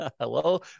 Hello